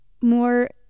more